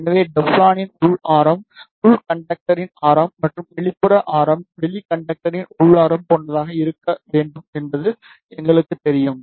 எனவே டெஃப்ளானின் உள் ஆரம் உள் கண்டக்டரின் ஆரம் மற்றும் வெளிப்புற ஆரம் வெளி கண்டக்டரின் உள் ஆரம் போன்றதாக இருக்க வேண்டும் என்பது எங்களுக்குத் தெரியும்